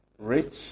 rich